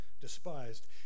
despised